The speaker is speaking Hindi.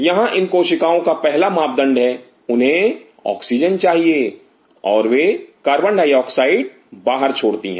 यहां इन कोशिकाओं का पहला मापदंड है उन्हें ऑक्सीजन चाहिए और वे कार्बन डाइऑक्साइड बाहर छोड़ती है